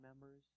members